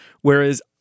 whereas